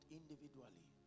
individually